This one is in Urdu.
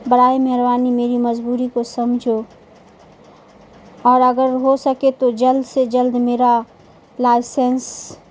برائے مہربانی میری مجبوری کو سمجھو اور اگر ہو سکے تو جلد سے جلد میرا لائسنس